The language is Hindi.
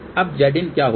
अब Zin क्या होगा